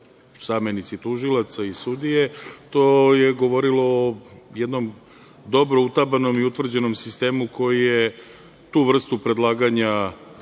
zamenici tužilaca i sudije, to je govorilo o jednom dobro utabanom i utvrđenom sistemu koji je tu vrstu predlaganja,